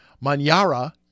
Manyara